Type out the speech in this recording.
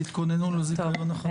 תתכוננו לזיכיון החדש.